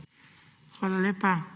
Hvala lepa.